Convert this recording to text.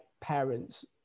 parents